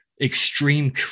extreme